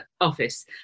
Office